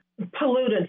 pollutants